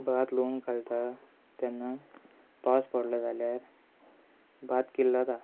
भात लुवंक घालता तेन्ना पावस पडलो जाल्यार भात किल्लता